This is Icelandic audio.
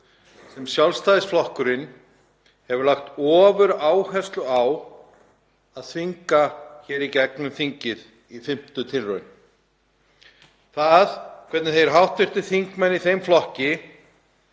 sem Sjálfstæðisflokkurinn hefur lagt ofuráherslu á að þvinga í gegnum þingið í fimmtu tilraun. Það hvernig hv. þingmenn í þeim flokki